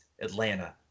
Atlanta